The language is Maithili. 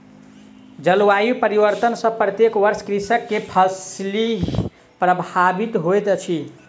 जलवायु परिवर्तन सॅ प्रत्येक वर्ष कृषक के फसिल प्रभावित होइत अछि